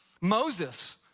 Moses